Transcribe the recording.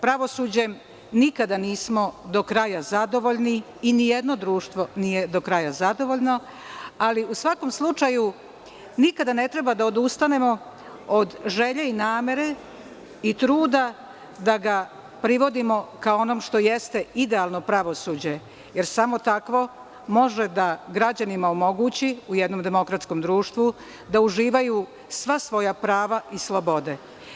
Pravosuđem nikada nismo do kraja zadovoljni i nijedno društvo nije do kraja zadovoljno, ali u svakom slučaju, nikada ne treba da odustanemo od želje i namere i truda da ga privodimo ka onom što jeste idealno pravosuđe, jer samo takvo može da građanima omogući, u jednom demokratskom društvu, da uživaju sva svoja prava i slobode.